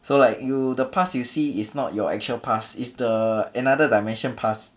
so like you the past you see is not your actual past is the another dimension past